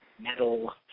metal